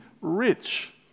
rich